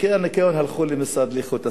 מקיר לקיר, הלכו לאיכות הסביבה.